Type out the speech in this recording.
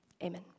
Amen